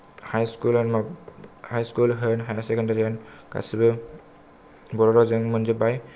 high school आरो माब high school होन हायार सेकेन्दारि होन गासैबो बर' रावजों मोनजोब्बाय